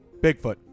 Bigfoot